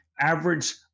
average